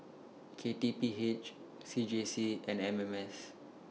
K T P H C J C and M M S